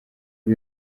ubu